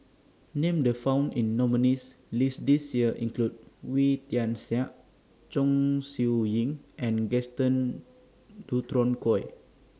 Names The found in nominees' list This Year include Wee Tian Siak Chong Siew Ying and Gaston Dutronquoy